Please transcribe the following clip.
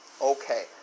okay